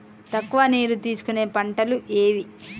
తక్కువ నీరు తీసుకునే పంటలు ఏవి?